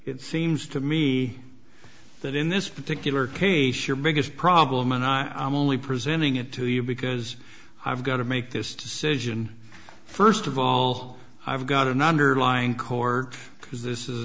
it seems to me that in this particular case your biggest problem and i'm only presenting it to you because i've got to make this decision first of all i've got an underlying co